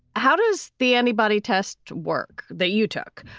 how does the antibody test work that you took?